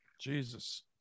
jesus